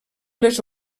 les